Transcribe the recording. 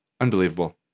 Unbelievable